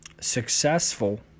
successful